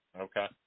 Okay